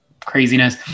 craziness